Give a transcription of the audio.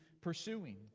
pursuing